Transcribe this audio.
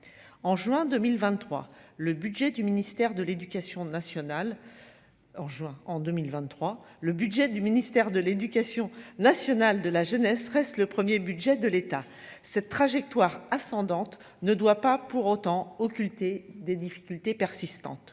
en juin, en 2023, le budget du ministère de l'Éducation nationale de la jeunesse reste le 1er budget de l'État, cette trajectoire ascendante ne doit pas pour autant occulter des difficultés persistantes